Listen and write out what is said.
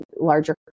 larger